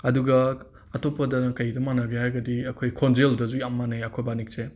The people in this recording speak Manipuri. ꯑꯗꯨꯒ ꯑꯇꯣꯞꯄꯗꯅ ꯀꯩꯗ ꯃꯥꯟꯅꯒꯦ ꯍꯥꯏꯔꯒꯗꯤ ꯑꯩꯈꯣꯏ ꯈꯣꯟꯖꯦꯜꯗꯁꯨ ꯌꯥꯝ ꯃꯥꯟꯅꯩ ꯑꯩꯈꯣꯏꯕꯥꯅꯤꯁꯦ